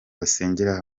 basengera